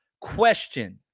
question